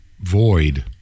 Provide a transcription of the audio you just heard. void